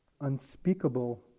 unspeakable